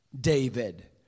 David